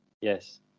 yes